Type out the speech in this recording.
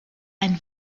einen